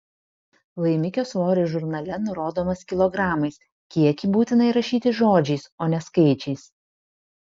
laimikio svoris žurnale nurodomas kilogramais kiekį būtina įrašyti žodžiais o ne skaičiais